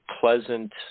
Pleasant